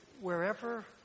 wherever